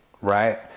right